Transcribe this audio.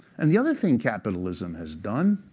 and the other thing capitalism has done,